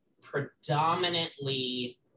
predominantly